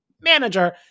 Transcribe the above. manager